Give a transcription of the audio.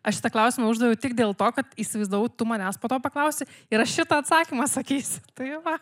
aš šitą klausimą uždaviau tik dėl to kad įsivaizdavau tu manęs po to paklausi ir aš šitą atsakymą sakysiu tai va